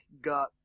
got